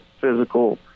physical